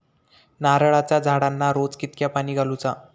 नारळाचा झाडांना रोज कितक्या पाणी घालुचा?